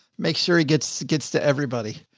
make sure he gets, gets to everybody.